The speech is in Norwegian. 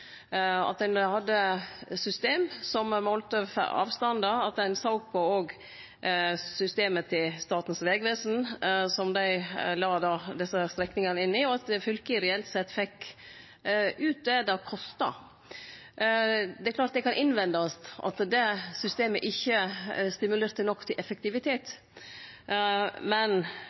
at ein hadde eit system som målte avstandar, at ein òg såg på systemet som Statens vegvesen la desse strekningane inn i, og at fylket reelt sett fekk ut det det kosta. Det kan innvendast at det systemet ikkje stimulerte nok til effektivitet. Men